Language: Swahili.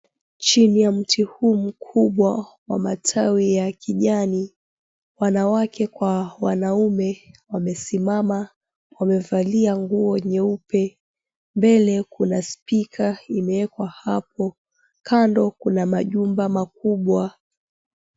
Chini ya mti huu mkubwa wa matawi ya kijani wanawake kwa wanaume wamesimama wamevalia nguo nyeupe mbele kuna spika imewekwa hapo kando kuna majumba makubwa.